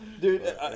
Dude